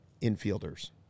infielders